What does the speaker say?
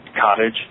cottage